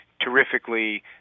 terrifically